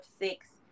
six